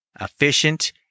efficient